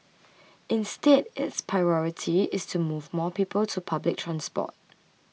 instead its priority is to move more people to public transport